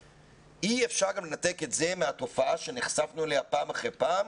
אי אפשר גם לנתק את זה מהתופעה שנחשפנו אליה פעם אחרי פעם,